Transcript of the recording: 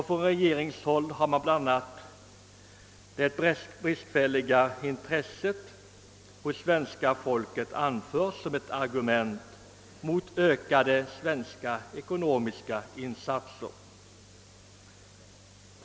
Från regeringshåll har bl.a. det bristfälliga intresset hos svenska folket anförts som ett argument mot ökade svenska ekonomiska insatser.